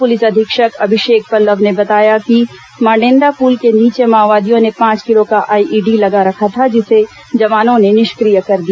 police अधीक्षक अभिषेक पल्लव ने बताया कि माडेदा पुल के नीचे माओवादियों ने पांच किलो का आईईडी लगा रखा था जिसे जवानों ने निष्क्रिय कर दिया